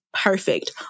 Perfect